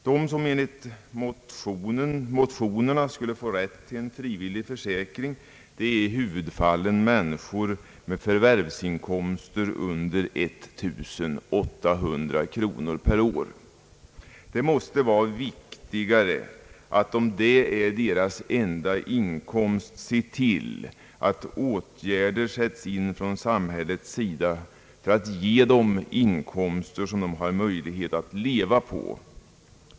De som enligt motionerna skulle få rätt till en frivillig försäkring är i hu vudfallen människor med förvärvsinkomster under 1 800 kronor per år. Det måste vara viktigare att om detta är deras enda inkomst se till att åtgärder sätts in från samhällets sida för att ge dem inkomster som de har möjlighet att leva på.